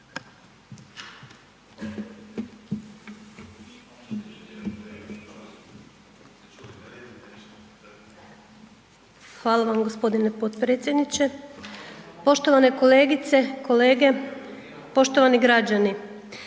Hvala vam g. potpredsjedniče. Poštovane kolegice, kolege, poštovani građani.